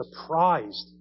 surprised